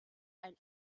ein